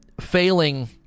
failing